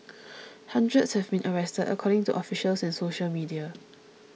hundreds have been arrested according to officials and social media